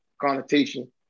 connotation